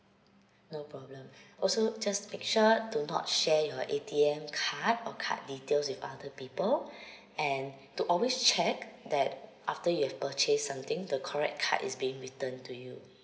no problem also just to make sure do not share your A_T_M card or card details with other people and to always check that after you have purchased something the correct card is being returned to you